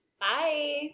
bye